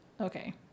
Okay